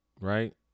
right